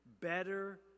better